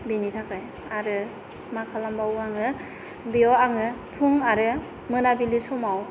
बेनि थाखाय आरो मा खालामबावो आङो बेयाव आङो फुं आरो मोनाबिलि समाव